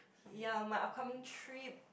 ya my upcoming trip